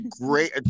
great